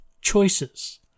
choices